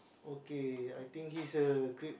okay I think he's a great